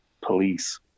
police